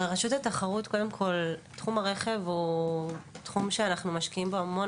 תחום הרכב הוא תחום שאנחנו משקיעים בו המון